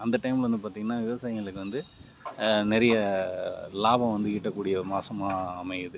அந்த டைமில் வந்து பார்த்திங்கன்னா விவசாயிகளுக்கு வந்து நிறைய லாபம் வந்து ஈட்டக்கூடிய மாதமா அமையுது